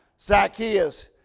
Zacchaeus